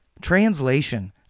Translation